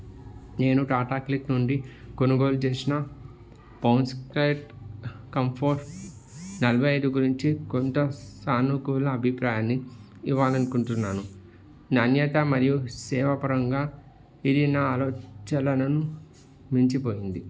నేను టాటా క్లిక్ నుండి కొనుగోలు చేసిన బోస్ క్వైట్ కంఫర్ట్ నలభై ఐదు గురించి కొంత సానుకూల అభిప్రాయాన్ని ఇవ్వాలనుకున్నాను నాణ్యత మరియు సేవాపరంగా ఇది నా ఆలోచనలను మించిపోయింది